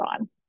on